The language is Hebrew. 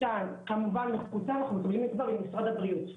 זה שהוא מחוסן אנחנו מקבלים כבר ממשרד הבריאות.